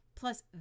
Plus